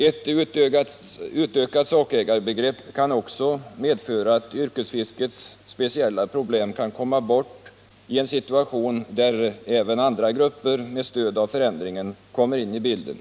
Ett utökat sakägarbegrepp kan också medföra att yrkesfiskets speciella problem kommer bort i en situation där även andra grupper med stöd av förändringen kommer in i bilden.